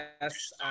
Yes